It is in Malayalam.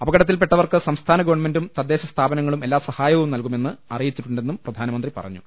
അപകടത്തിൽപ്പെട്ടവർക്ക് സംസ്ഥാന ഗവൺമെന്റും തദ്ദേശ സ്ഥാപനങ്ങളും എല്ലാ സഹായവും നൽകുമെന്ന് അറിയിച്ചിട്ടുണ്ടെന്നും പ്രധാനമന്ത്രി പറഞ്ഞു